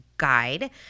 guide